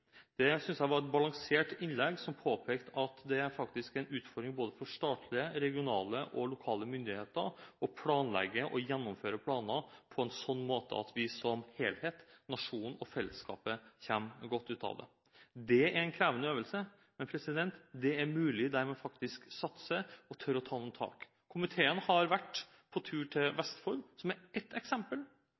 Det synes jeg var et balansert innlegg, hvor hun påpekte at det er faktisk en utfordring for både statlige, regionale og lokale myndigheter å planlegge og gjennomføre planer på en sånn måte at vi som helhet – nasjonen og fellesskapet – kommer godt ut av det. Det er en krevende øvelse, men det er mulig der man faktisk satser og tør å ta noen tak. Komiteen har vært på tur til Vestfold, som er ett eksempel